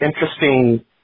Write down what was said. interesting